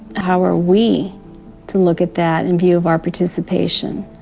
how are we to look at that in view of our participation?